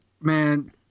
Man